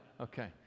okay